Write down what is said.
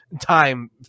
time